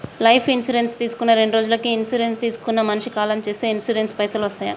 Life insurance తీసుకున్న రెండ్రోజులకి insurance తీసుకున్న మనిషి కాలం చేస్తే ఇన్సూరెన్స్ పైసల్ వస్తయా?